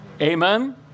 Amen